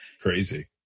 Crazy